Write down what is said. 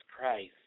Christ